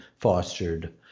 fostered